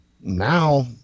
now